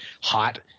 hot